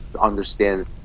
understand